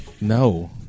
No